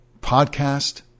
podcast